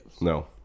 No